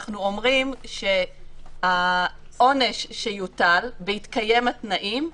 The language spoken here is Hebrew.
אנחנו אומרים שהעונש שיוטל בהתקיים התנאים,